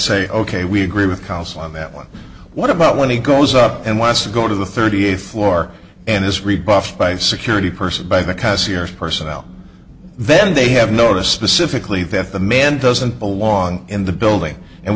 say ok we agree with council on that one what about when he goes up and wants to go to the thirty eighth floor and it's rebuffed by a security person by the concierge personnel vende have noticed specifically that the man doesn't belong in the building and